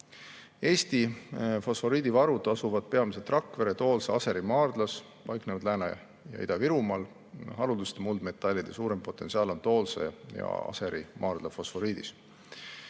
Eesti fosforiidivarud asuvad peamiselt Rakvere, Toolse ja Aseri maardlas, need paiknevad Lääne- ja Ida-Virumaal. Haruldaste muldmetallide suurem potentsiaal on Toolse ja Aseri maardla fosforiidis.